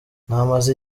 namaze